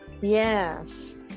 Yes